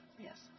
Yes